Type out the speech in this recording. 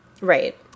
Right